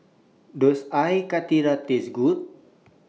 Does Air Karthira Taste Good